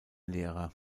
lehrer